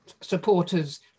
supporters